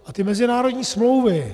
A ty mezinárodní smlouvy.